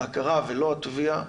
ההכרה ולא התביעה.